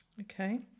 Okay